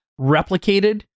replicated